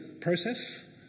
process